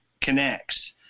connects